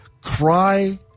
cry